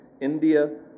India